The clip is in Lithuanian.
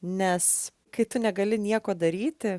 nes kai tu negali nieko daryti